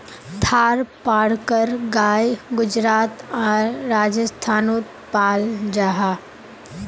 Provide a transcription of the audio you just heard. थारपारकर गाय गुजरात आर राजस्थानोत पाल जाहा